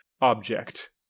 object